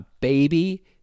Baby